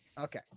Okay